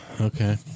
Okay